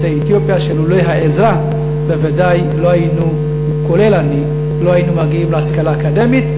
הם יוצאי אתיופיה שלולא העזרה בוודאי לא היינו מגיעים להשכלה אקדמית.